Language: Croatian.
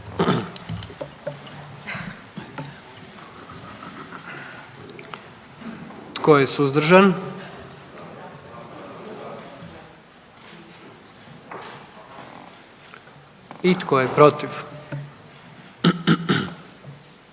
Tko je suzdržan? I tko je protiv?